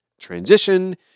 transition